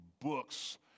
books